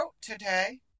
today